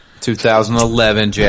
2011